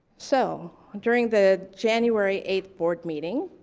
so during the january eighth board meeting,